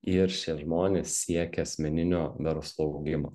ir šie žmonės siekia asmeninio verslo augimo